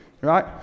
right